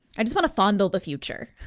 i just want to fondle the future